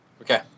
Okay